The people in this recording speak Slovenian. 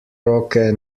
roke